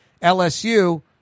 LSU